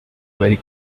very